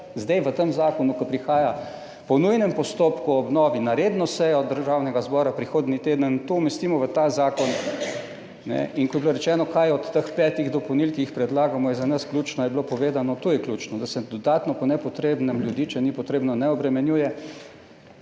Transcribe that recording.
TRAK (VI) 10.20** (nadaljevanje) obnovi na redno sejo državnega zbora prihodnji teden to umestimo v ta zakon. In ko je bilo rečeno, kaj od teh petih dopolnil, ki jih predlagamo, je za nas ključno, je bilo povedano, to je ključno, da se dodatno po nepotrebnem ljudi, če ni potrebno, ne obremenjuje,